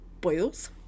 boils